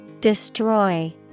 Destroy